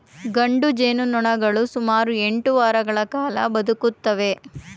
ಗಂಡು ಜೇನುನೊಣಗಳು ಸುಮಾರು ಎಂಟು ವಾರಗಳ ಕಾಲ ಬದುಕುತ್ತವೆ